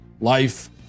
life